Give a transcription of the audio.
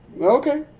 Okay